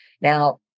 Now